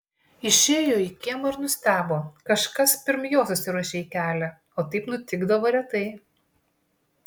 išėjo į kiemą ir nustebo kažkas pirm jo susiruošė į kelią o taip nutikdavo retai